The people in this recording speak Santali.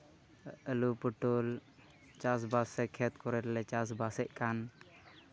ᱟᱹᱞᱩ ᱯᱚᱴᱚᱞ ᱪᱟᱥᱵᱟᱥ ᱥᱮ ᱠᱷᱮᱛ ᱠᱚᱨᱮ ᱞᱮ ᱪᱟᱥᱼᱵᱟᱥᱮᱫ ᱠᱟᱱ